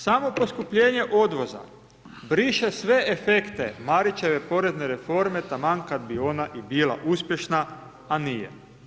Samo poskupljenje odvoza briše sve efekte Marićeve porezne reforme taman kad bi ona i bila uspješna, a nije.